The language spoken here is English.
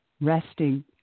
resting